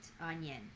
Onion